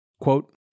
quote